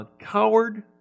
coward